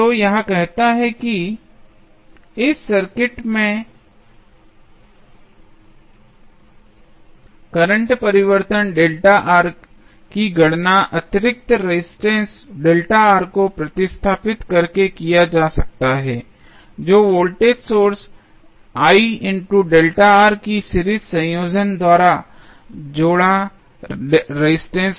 तो यह कहता है कि इस सर्किट में करंट परिवर्तनकी गणना अतिरिक्त रेजिस्टेंस को प्रतिस्थापित करके किया जा सकता है जो वोल्टेज सोर्स की सीरीज संयोजन द्वारा जोड़ा रेजिस्टेंस है